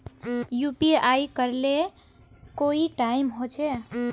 UPI करे ले कोई टाइम होचे?